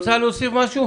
אני רוצה להגיד,